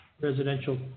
residential